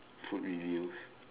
food reviews